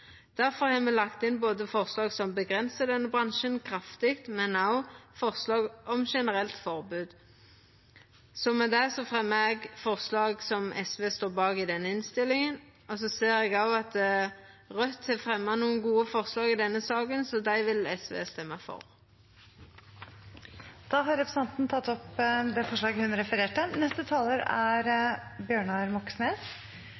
har me lagt inn forslag som avgrensar denne bransjen kraftig, men også forslag om generelt forbod. Med det fremjar eg det forslaget som SV står bak i innstillinga. Så ser eg at Raudt har fremja to gode forslag i denne saka, og dei vil SV stemma for. Representanten Solfrid Lerbrekk har tatt opp det forslaget hun refererte til.